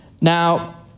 Now